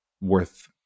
worth